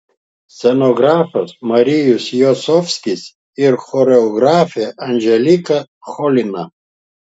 scenografas marijus jacovskis ir choreografė anželika cholina